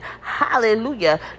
Hallelujah